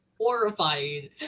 horrifying